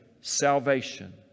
salvation